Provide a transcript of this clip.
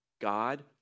God